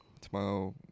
Tomorrow